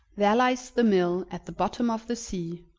there lies the mill at the bottom of the sea,